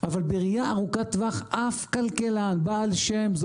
אבל בראייה ארוכת טווח אף כלכלן בעל שם,